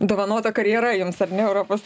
dovanota karjera jums ar ne europos